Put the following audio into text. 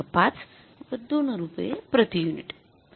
५ व २ रुपये प्रति युनिट